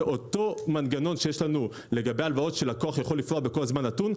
ואותו מנגנון שיש לנו לגבי הלוואות שלקוח יכול לפרוע בכל זמן נתון,